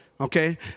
okay